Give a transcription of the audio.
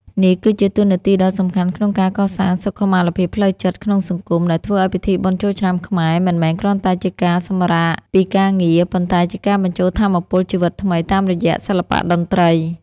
នេះគឺជាតួនាទីដ៏សំខាន់ក្នុងការកសាងសុខុមាលភាពផ្លូវចិត្តក្នុងសង្គម ដែលធ្វើឱ្យពិធីបុណ្យចូលឆ្នាំខ្មែរមិនមែនគ្រាន់តែជាការសម្រាកពីការងារ ប៉ុន្តែជាការបញ្ចូលថាមពលជីវិតថ្មីតាមរយៈសិល្បៈតន្ត្រី។